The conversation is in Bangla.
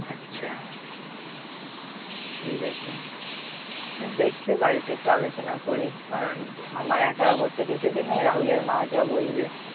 আচ্ছা ঠিক আছে দেখছি বাড়িতে একটু আলোচনা করি কারণ আমার একার ওপর তো কিছু তো নেই রাহুলের মা যা বলবে